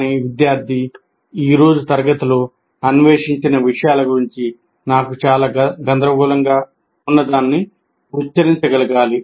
కానీ విద్యార్థి ఈ రోజు తరగతిలో అన్వేషించిన విషయాల గురించి నాకు చాలా గందరగోళంగా ఉన్నదాన్ని ఉచ్చరించగలగాలి